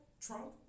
Trump